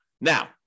Now